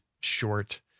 short